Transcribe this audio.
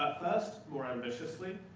first, more ambitiously,